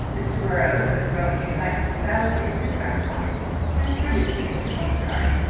mr. burrowes with growing excitement felt in his breast-pocket and produced a picture-postcard,